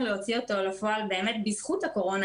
להוציא אותו לפועל באמת בזכות הקורונה,